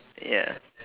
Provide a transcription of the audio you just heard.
ya